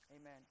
Amen